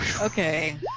Okay